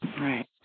Right